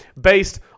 based